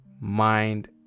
mind